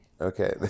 Okay